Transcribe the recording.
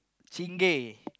Chingay